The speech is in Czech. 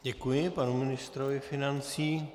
Děkuji panu ministrovi financí.